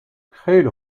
خیلی